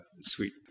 sweet